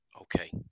Okay